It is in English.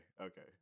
okay